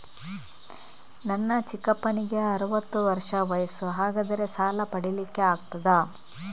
ನನ್ನ ಚಿಕ್ಕಪ್ಪನಿಗೆ ಅರವತ್ತು ವರ್ಷ ವಯಸ್ಸು, ಹಾಗಾದರೆ ಸಾಲ ಪಡೆಲಿಕ್ಕೆ ಆಗ್ತದ?